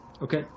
Okay